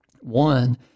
one